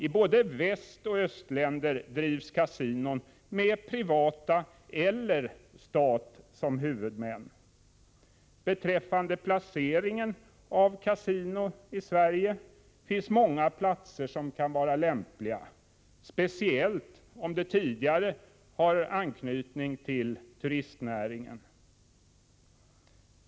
I både västoch östländer drivs kasinon med privata huvudmän eller med staten som huvudman. Beträffande placeringarna av kasinon i Sverige finns många platser som kan vara lämpliga, speciellt om de tidigare har anknytning till turistnäringen.